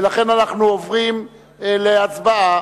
ולכן אנחנו עוברים להצבעה.